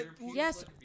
yes